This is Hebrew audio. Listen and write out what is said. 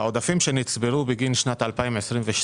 העודפים שנצברו בשנת 22'